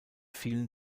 vielen